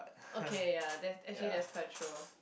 okay ya that actually that's quite true